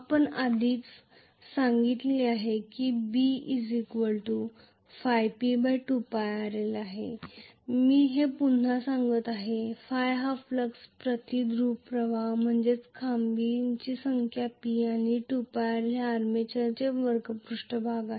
आपण आधीच सांगितले आहे B P 2rl मी हे पुन्हा सांगत आहे ϕ फ्लक्स प्रति ध्रुव प्रवाह म्हणजे खांबाची संख्या P आणि 2πrl हे आर्मेचरचे वक्र पृष्ठभाग क्षेत्र आहे